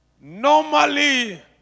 Normally